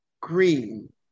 Green